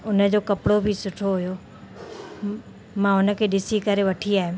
उन जो कपिड़ो बि सुठो हुओ मां उन खे ॾिसी करे वठी आहियमि